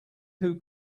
who